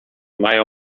mają